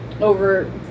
over